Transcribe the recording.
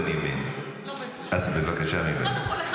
לפחות תצאי